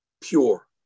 pure